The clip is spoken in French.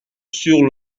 sur